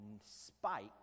spike